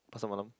Pasar-Malam